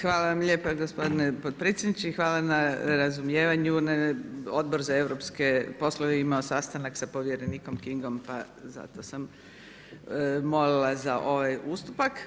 Hvala vam lijepa gospodine potpredsjedniče i hvala na razumijevanju, Odbor za europske poslove je imao sastanak sa povjerenikom Kingom pa zato sam molila za ovaj ustupak.